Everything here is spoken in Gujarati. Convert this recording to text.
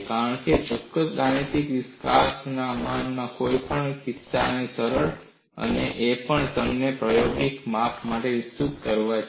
કારણ ચોક્કસ ગાણિતિક વિકાસ આમાંના કોઈ એક કિસ્સામાં સરળ છે અને એ પણ તમે તેને પ્રાયોગિક માપ માટે વિસ્તૃત કરી શકો છો